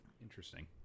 interesting